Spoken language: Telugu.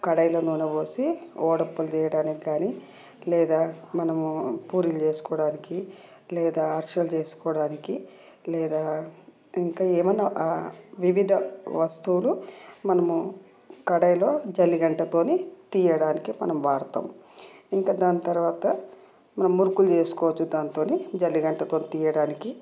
కడాయిలో నూనె పోసి వొడప్పులు చేయడానికి కానీ లేదా మనము పూరీలు చేసుకోవడానికి లేదా అరిసలు చేసుకోవడానికి లేదా ఇంకా ఏమన్నా వివిధ వస్తువులు మనము కడాయిలో జల్లిగరిటతోని తీయడానికి మనం వాడతాం ఇంక దాని తర్వాత మనం మురుకులు చేసుకోవచ్చు దానితోని జల్లిగరిటతోని తీయడానికి